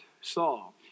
Saul